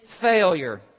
failure